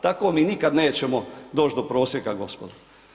Tako mi nikad nećemo doći do prosjeka, gospodo.